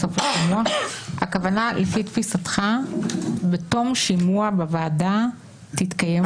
לפי תפיסתך הכוונה שבתום שימוע בוועדה תתקיים הצבעה?